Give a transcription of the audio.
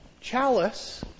chalice